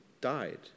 died